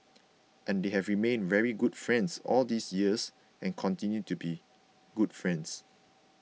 and they have remained very good friends all these years and continue to be good friends